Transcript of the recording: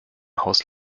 haus